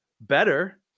better